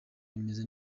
rimeze